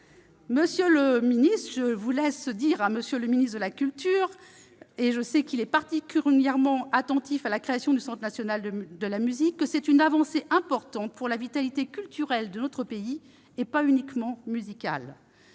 Monsieur le ministre, je vous laisse dire à votre collègue de la culture, qui, je le sais, y est particulièrement attentif, que la création du Centre national de la musique est une avancée importante pour la vitalité culturelle, et pas uniquement musicale,